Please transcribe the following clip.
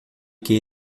que